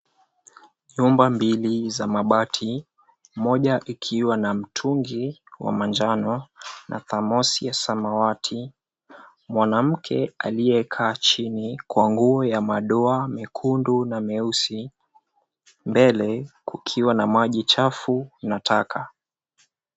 Nyumba mbili za mabati ;moja ikiwa na mtungi wa manjano na thamosi ya samawati. Mwanamke aliyekaa chini kwa nguo ya madoa mekundu na meusi. Mbele kukiwa na maji chafu na taka.